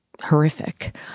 horrific